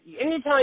anytime